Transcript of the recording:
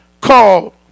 called